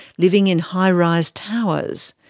living in high-rise towers.